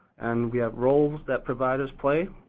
and we have roles that providers play,